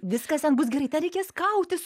viskas ten bus gerai ten reikės kautis